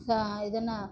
so ఆ ఇదిన